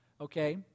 okay